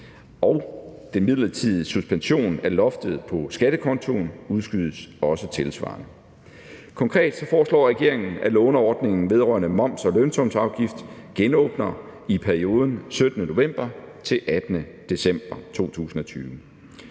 og den midlertidige suspension af loftet på skattekontoen udskydes også tilsvarende. Konkret foreslår regeringen, at låneordningen vedrørende moms og lønsumsafgift genåbner i perioden 17. november til 18. december 2020.